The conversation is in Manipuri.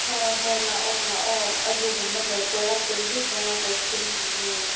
ꯍꯣꯏ ꯍꯣꯏ ꯂꯥꯛꯑꯣ ꯂꯥꯛꯑꯣ ꯑꯗꯨꯒꯨꯝꯕꯗ ꯀꯣꯏꯔꯛꯇ꯭ꯔꯗꯤ ꯀꯩꯗꯧꯉꯩꯏ ꯀꯣꯏꯔꯛꯀꯅꯤ ꯅꯣꯏ